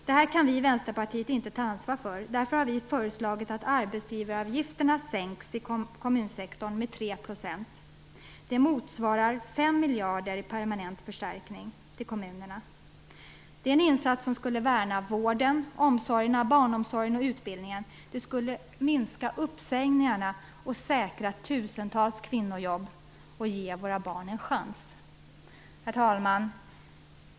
Detta kan inte vi i Vänsterpartiet ta ansvar för, och vi har därför föreslagit att arbetsgivaravgifterna sänks i kommunsektorn med 3 %. Det motsvarar 5 miljarder i permanent förstärkning av kommunernas ekonomi. Det är en insats som skulle värna vård, omsorger - bl.a. barnomsorg - och utbildning. Det skulle minska uppsägningarna, säkra tusentals kvinnojobb och ge våra barn en chans. Herr talman!